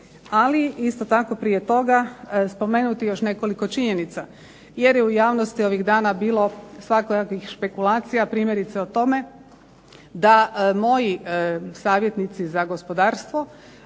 ali isto tako prije toga spomenuti još nekoliko činjenica jer je u javnosti ovih dana bilo svakojakih špekulacija primjerice o tome da moji savjetnici za gospodarstvo,